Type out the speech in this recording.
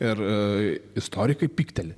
ir istorikai pykteli